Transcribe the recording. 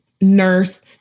nurse